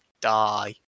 die